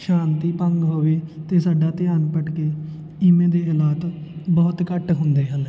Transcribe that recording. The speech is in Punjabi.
ਸ਼ਾਂਤੀ ਭੰਗ ਹੋਵੇ ਅਤੇ ਸਾਡਾ ਧਿਆਨ ਭਟਕੇ ਇਵੇਂ ਦੇ ਹਾਲਾਤ ਬਹੁਤ ਘੱਟ ਹੁੰਦੇ ਹਨ